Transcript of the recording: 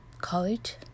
college